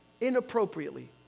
inappropriately